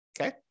Okay